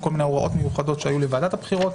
וכל מיני הוראות מיוחדות שהיו לוועדת הבחירות,